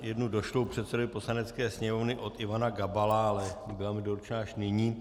Jednu došlou předsedovi Poslanecké sněmovny od Ivana Gabala, ale byla mi doručena až nyní.